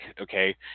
okay